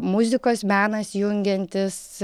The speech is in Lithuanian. muzikos menas jungiantis